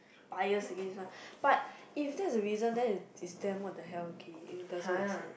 bias against one but if that's the reason then it it's damn what the hell okay it doesn't make sense